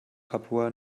papua